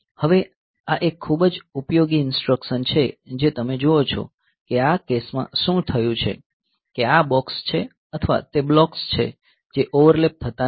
હવે આ એક ખૂબ જ ઉપયોગી ઇન્સટ્રકશન છે જે તમે જુઓ છો કે આ કેસ માં શું થયું છે કે આ બોક્સ છે અથવા તે બ્લોક્સ છે જે ઓવરલેપ થતા નથી